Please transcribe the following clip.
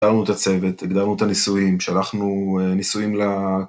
הגדרנו את הצוות, הגדרנו את הניסויים, שלחנו ניסויים ל...